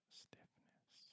stiffness